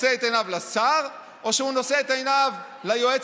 נושא את עיניו לשר או שהוא נושא את עיניו ליועץ